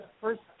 first